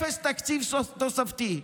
אפס תקציב תוספתי.